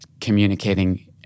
communicating